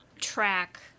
track